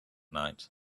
night